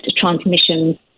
transmission